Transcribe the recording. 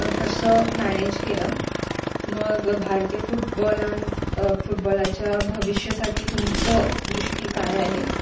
कसं मॅनेज केलं मग भारतीय फुटबॉलांच् फुटबॉलाच्या भविष्यासाठी तुमचं दृष्टी काय आहे